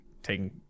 Taking